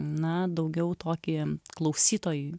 na daugiau tokį klausytojui